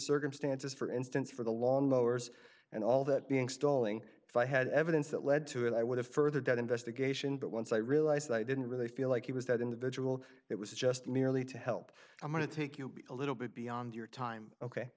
circumstances for instance for the lawn mowers and all that being stalling if i had evidence that led to it i would have furthered that investigation but once i realized that i didn't really feel like he was that individual it was just merely to help i'm going to take you a little bit beyond your time ok